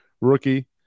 rookie